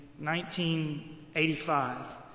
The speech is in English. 1985